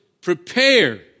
prepare